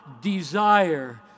desire